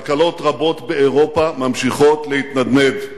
כלכלות רבות באירופה ממשיכות להתנדנד.